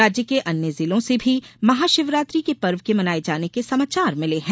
राज्य के अन्य जिलों से भी महाशिवरात्रि के पर्व के मनाये जाने के समाचार मिले है